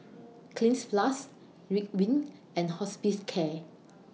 Cleanz Plus Ridwind and Hospicare